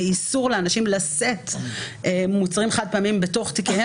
באיסור לשאת מוצרים חד פעמיים בתיקים,